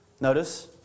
Notice